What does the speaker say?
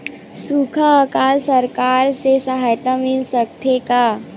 सुखा अकाल सरकार से सहायता मिल सकथे का?